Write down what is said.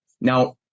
now